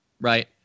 Right